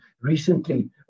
recently